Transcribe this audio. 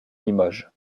limoges